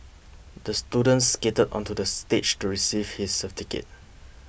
the student skated onto the stage to receive his certificate